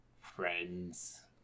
friends